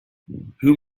whom